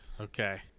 okay